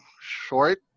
Short